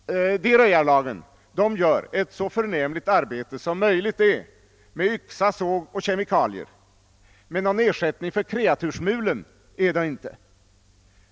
De röjarlagen gör ett så förnämligt arbete som möjligt är med yxa, såg och kemikalier, men någon ersättning för kreatursmulen är de inte.